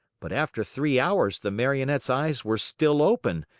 but after three hours the marionette's eyes were still open,